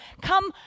come